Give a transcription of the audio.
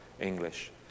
English